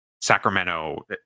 Sacramento